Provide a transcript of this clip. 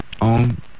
on